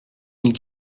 mille